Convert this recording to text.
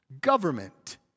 government